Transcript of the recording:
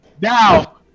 now